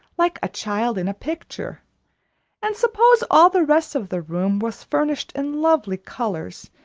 like a child in a picture and suppose all the rest of the room was furnished in lovely colors,